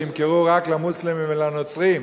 שימכרו רק למוסלמים ולנוצרים.